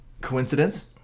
Coincidence